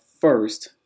first